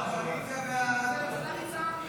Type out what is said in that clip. (חלוקת הכנסות),